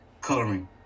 coloring